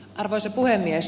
arvoisa puhemies